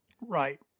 Right